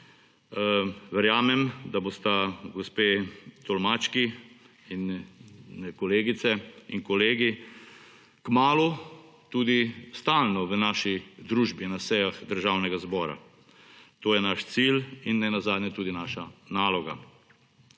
Verjamem, da bosta gospe tolmački in kolegice in kolegi kmalu tudi stalno v naši družbi na sejah Državnega zbora. To je naš cilj in nenazadnje tudi naša naloga.